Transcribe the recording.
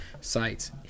sites